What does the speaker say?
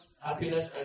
happiness